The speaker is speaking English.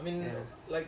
ya